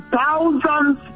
thousands